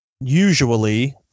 usually